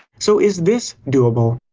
so is this doable?